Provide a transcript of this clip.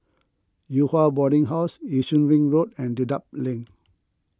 Yew Hua Boarding House Yi Shun Ring Road and Dedap Link